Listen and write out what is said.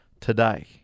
today